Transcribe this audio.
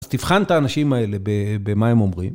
אז תבחן את האנשים האלה במה הם אומרים.